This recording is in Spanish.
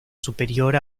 superior